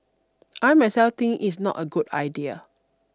I myself think it's not a good idea